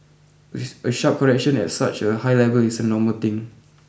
a sharp correction at such a high level is a normal thing